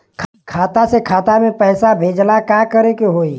खाता से खाता मे पैसा भेजे ला का करे के होई?